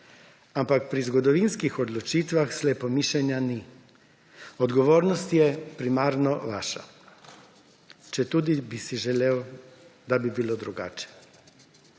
Ampak pri zgodovinskih odločitvah slepomišenja ni, odgovornost je primarno vaša, četudi bi si želel, da bi bilo drugače.